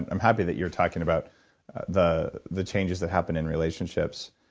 i'm happy that you're talking about the the changes that happen in relationships.